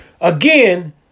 Again